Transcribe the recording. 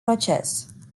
proces